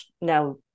now